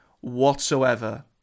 whatsoever